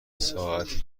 ساعتی